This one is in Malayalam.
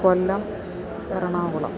കൊല്ലം എറണാകുളം